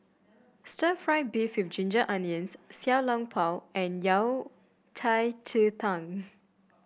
stir fry beef with Ginger Onions Xiao Long Bao and Yao Cai Ji Tang